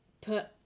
put